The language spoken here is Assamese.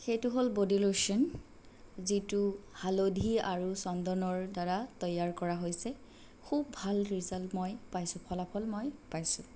সেইটো হ'ল ব'ডী লোচন যিটো হালধি আৰু চন্দনৰ দ্বাৰা তৈয়াৰ কৰা হৈছে খুব ভাল ৰিজাল্ট মই পাইছোঁ ফলাফল মই পাইছোঁ